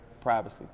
Privacy